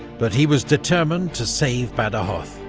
but he was determined to save badajoz.